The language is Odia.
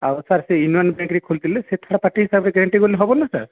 ଆଉ ସାର୍ ସେ ୟୁନିଅନ୍ ବ୍ୟାଙ୍କ୍ ରେ ଖୋଲିଥିଲେ ସେ ଥାର୍ଡ଼ ପାର୍ଟି ହିସାବରେ ଗ୍ୟାରେଣ୍ଟି ହେଲେ ହେବନା ସାର୍